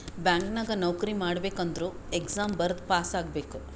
bank ನಾಗ್ ನೌಕರಿ ಮಾಡ್ಬೇಕ ಅಂದುರ್ ಎಕ್ಸಾಮ್ ಬರ್ದು ಪಾಸ್ ಆಗ್ಬೇಕ್